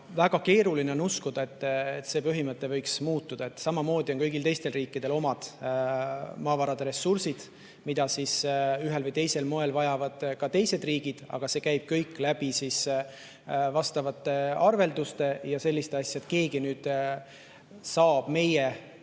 Väga keeruline on uskuda, et see põhimõte võiks muutuda. Samamoodi on kõigil teistel riikidel oma maavarad ja ressursid, mida ühel või teisel moel vajavad ka teised riigid, aga see kõik käib läbi vastavate arvelduste ja selliste asjade. Seda, et keegi saab meie